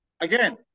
again